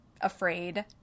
afraid